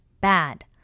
Bad